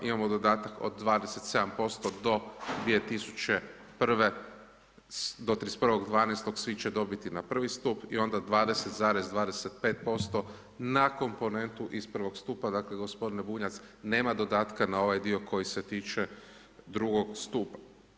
Imamo dodatak od 27% do 2001., do 31.12. svi će dobiti na prvi stup i onda 20,25% na komponentu iz prvog stupa, dakle gospodine Bunjac nema dodatka na ovaj dio koji se tiče drugog stupa.